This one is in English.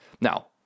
Now